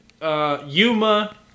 Yuma